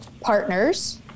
partners